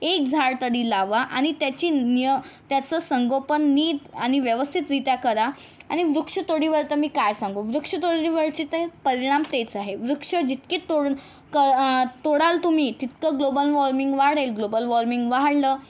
एक झाड तरी लावा आणि त्याची निय त्याचं संगोपन नीट आणि व्यवस्थितरित्या करा आणि वृक्षतोडीवर तर मी काय सांगू वृक्षतोडीवरचे ते परिणाम तेच आहेत वृक्ष जितकी तोड तोडाल तुम्ही तितकं ग्लोबल वॉर्मिंग वाढेल ग्लोबल वॉर्मिंग वाहाढलं